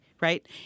right